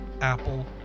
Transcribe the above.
Apple